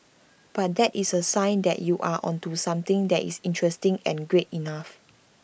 but that is A sign that you are onto something that is interesting and great enough